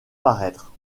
paraître